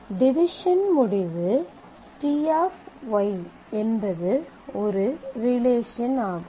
division முடிவு T என்பது ஒரு ரிலேஷன் ஆகும்